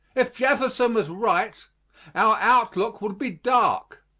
if jefferson was right our outlook would be dark.